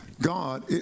God